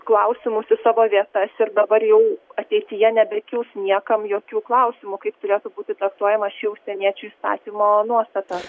klausimus į savo vietas ir dabar jau ateityje nebekils niekam jokių klausimų kaip turėtų būti traktuojama ši užsieniečių įstatymo nuostata